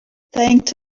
thanked